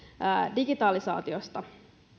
digitalisaatiosta